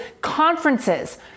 conferences